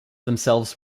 themselves